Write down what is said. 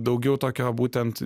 daugiau tokio būtent